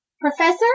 Professor